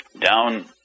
down